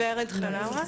ורד חלואה.